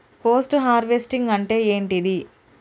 Post harvesting అంటే ఏంటిది?